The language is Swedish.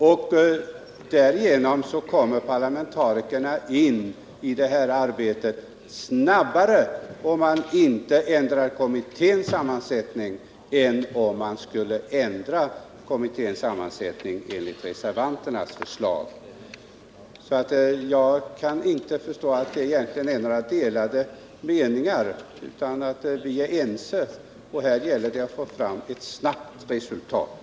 Parlamentarikerna kommer således snabbare in i detta arbete om man inte ändrar kommitténs sammansättning. Reservanternas förslag går ju ut på att den skall ändras. Jag kan inte se att det egentligen råder några delade meningar, utan att vi är ense om att det gäller att snabbt få fram ett resultat.